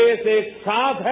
देश एक साथ है